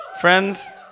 Friends